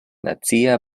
nacia